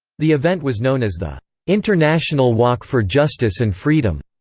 the event was known as the international walk for justice and freedom.